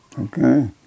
Okay